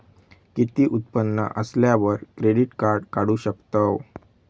किती उत्पन्न असल्यावर क्रेडीट काढू शकतव?